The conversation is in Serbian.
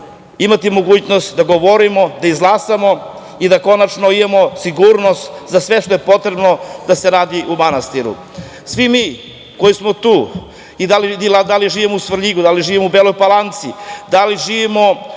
imati mogućnosti da govorimo, da izglasamo i da konačno imamo sigurnost za sve što je potrebno da se radi u manastiru. Svi mi koji smo tu, da li živimo u Svrljigu, da li živimo u Beloj Palanci, da li živimo